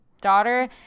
daughter